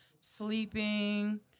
sleeping